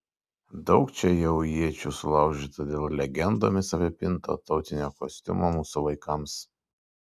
daug čia jau iečių sulaužyta dėl legendomis apipinto tautinio kostiumo mūsų vaikams